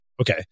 okay